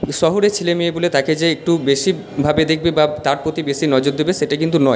শহরের ছেলে মেয়ে বলে তাকে যে একটু বেশি ভাবে দেকবে বা তার প্রতি বেশি নজর দেবে সেটা কিন্তু নয়